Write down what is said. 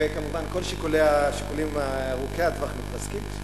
וכמובן כל השיקולים ארוכי הטווח מתרסקים.